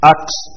Acts